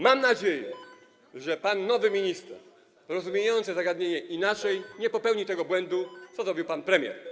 Mam nadzieję, że nowy pan minister, rozumiejący zagadnienie inaczej, nie popełni tego błędu, który zrobił pan premier.